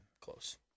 Close